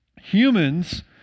humans